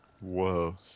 Whoa